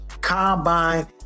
combine